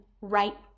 right